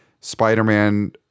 Spider-Man